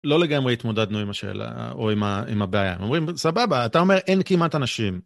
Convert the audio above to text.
לא לגמרי התמודדנו עם השאלה, או עם הבעיה. אומרים, סבבה, אתה אומר אין כמעט אנשים.